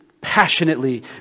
passionately